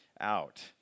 out